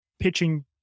pitching